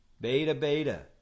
Beta-beta